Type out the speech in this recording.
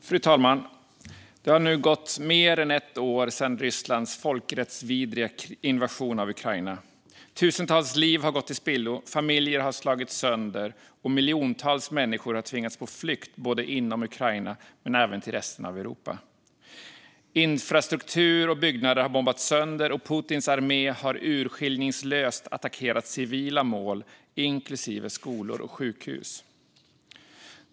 Fru talman! Det har nu gått mer än ett år sedan Rysslands folkrättsvidriga invasion av Ukraina. Tusentals liv har gått till spillo, familjer har slagits sönder och miljontals människor har tvingats på flykt, inom Ukraina men även till resten av Europa. Infrastruktur och byggnader har bombats sönder, och Putins armé har urskillningslöst attackerat civila mål, inklusive skolor och sjukhus.